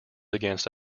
against